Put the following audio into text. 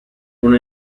non